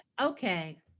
Okay